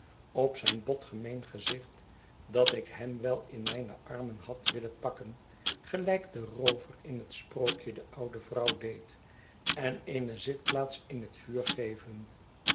op zijn bot gemeen gezicht dat ik hem wel in mijne armen had willen pakken gelijk de roover in het sprookje de oude vrouw deed en eene zitplaats in het vuur geven